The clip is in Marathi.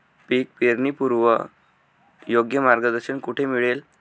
पीक पेरणीपूर्व योग्य मार्गदर्शन कुठे मिळेल?